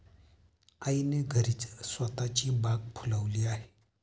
आईने घरीच स्वतःची बाग फुलवली आहे